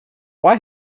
why